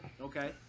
Okay